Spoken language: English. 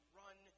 run